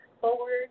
Forward